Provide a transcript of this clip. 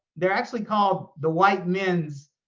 they're actually called the white men's